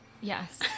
Yes